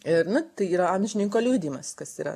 ir na tai yra amžininko liudijimas kas yra